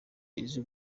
izi